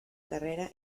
carrera